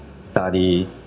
study